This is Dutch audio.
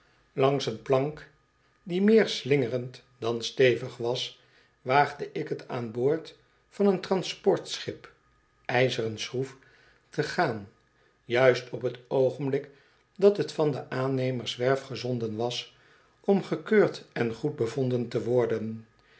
langs een plank die meer slingerend dan stevig was waagde ik t aan boord van een transportschip ijzeren schroef te gaan juist op t oogenblik dat het van de aannemerswerf gezonden was om gekeurd en goed bevonden te worden